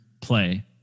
play